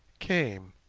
came,